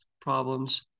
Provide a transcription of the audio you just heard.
problems